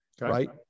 right